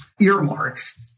earmarks